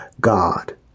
God